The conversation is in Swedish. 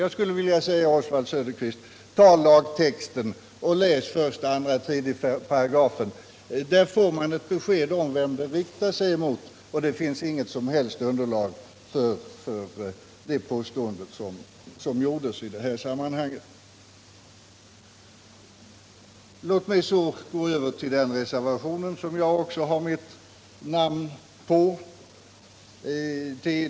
Jag skulle vilja att Oswald Söderqvist läser första, andra och tredje paragrafen av lagtexten. Där får man besked om vem lagen riktar sig mot. Det finns inget som helst underlag för det påstående som gjordes i det här sammanhanget. Låt mig så gå över till den reservation som jag skrivit under.